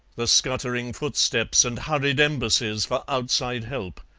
the scuttering footsteps and hurried embassies for outside help,